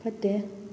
ꯐꯠꯇꯦ